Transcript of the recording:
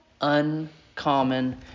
uncommon